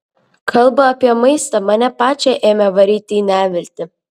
kalba apie maistą mane pačią ėmė varyti į neviltį